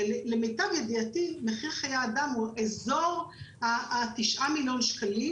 למיטב ידיעתי מחיר חיי אדם הוא באזור 9 מיליון שקלים.